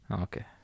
Okay